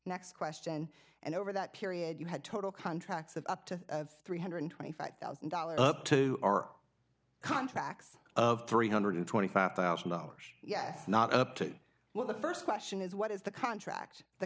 next question and over that period you had total contracts of up to three hundred and twenty five thousand dollars up to our contracts of three hundred and twenty five thousand dollars yes not up to what the st question is what is the contract the